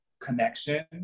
connection